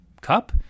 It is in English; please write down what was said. cup